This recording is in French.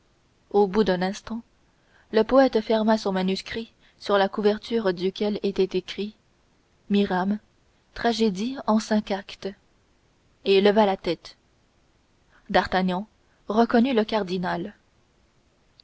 au bout d'un instant le poète ferma son manuscrit sur la couverture duquel était écrit mirame tragédie en cinq actes et leva la tête d'artagnan reconnut le cardinal